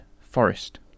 forest